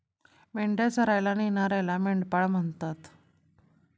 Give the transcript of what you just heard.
मेंढ्या चरायला नेणाऱ्याला मेंढपाळ म्हणतात